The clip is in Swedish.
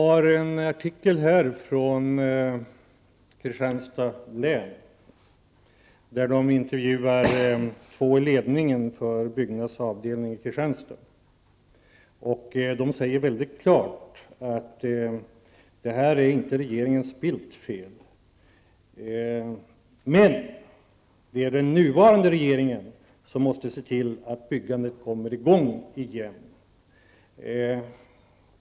Fru talman! Jag har här en artikel från Kristianstads län där man intervjuar två i ledningen för Byggnadsarbetareförbundets avdelning i Kristianstad. De säger mycket klart att det här inte är regeringen Bildts fel men att det är nuvarande regeringen som måste se till att byggandet kommer i gång igen.